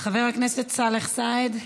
חבר הכנסת סאלח סעד,